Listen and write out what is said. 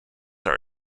are